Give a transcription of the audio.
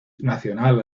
nacional